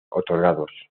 otorgados